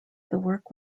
work